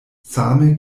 same